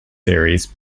series